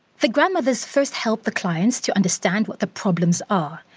the grandmothers first help the clients to understand what the problems are,